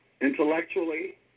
intellectually